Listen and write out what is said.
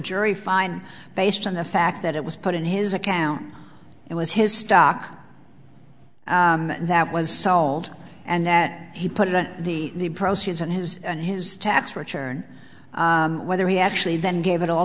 jury find based on the fact that it was put in his account it was his stock that was sold and that he put it on the proceeds and his and his tax return whether he actually then gave it all